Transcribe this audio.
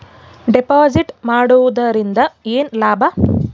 Deposit ಮಾಡುದರಿಂದ ಏನು ಲಾಭ?